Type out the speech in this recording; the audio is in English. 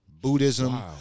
Buddhism